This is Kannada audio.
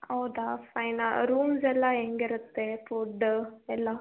ಹೌದಾ ಫೈನ್ ರೂಮ್ಸ್ ಎಲ್ಲ ಹೆಂಗೆ ಇರುತ್ತೆ ಫುಡ್ ಎಲ್ಲ